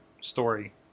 story